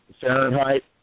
Fahrenheit